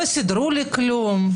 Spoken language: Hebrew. לא סידרו לי כלום.